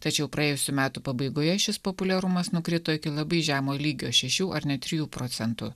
tačiau praėjusių metų pabaigoje šis populiarumas nukrito iki labai žemo lygio šešių ar net trijų procentų